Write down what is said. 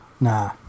Nah